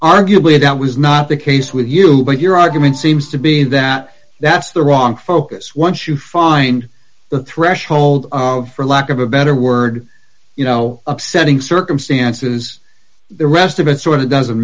arguably that was not the case with you but your argument seems to be that that's the wrong focus once you find the threshold for lack of a better word you know upsetting circumstances the rest of it sort of doesn't